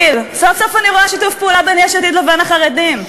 סוף-סוף אני רואה שיתוף פעולה בין יש עתיד לבין החרדים.